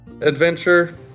adventure